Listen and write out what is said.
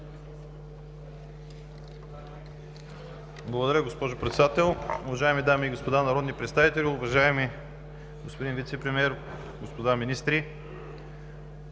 Благодаря, госпожо Председател. Уважаеми дами и господа народни представители, уважаеми господин Вицепремиер, господа министри!